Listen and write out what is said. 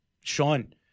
sean